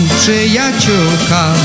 przyjaciółka